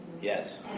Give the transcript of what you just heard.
Yes